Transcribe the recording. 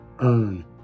earn